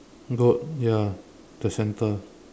goat ya the center